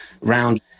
round